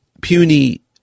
puny